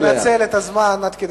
אבל אתה לא יכול לנצל את הזמן עד כדי